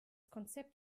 konzept